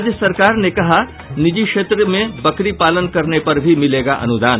राज्य सरकार ने कहा निजी क्षेत्र में बकरीपालन करने पर भी मिलेगा अनुदान